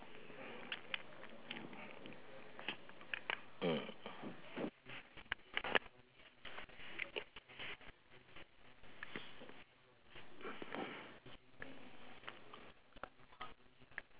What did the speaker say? mm